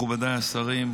מכובדיי השרים,